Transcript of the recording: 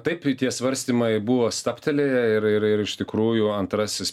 taip tie svarstymai buvo stabtelėję ir ir ir iš tikrųjų antrasis